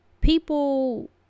people